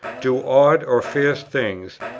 do odd or fierce things,